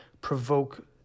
provoke